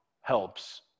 helps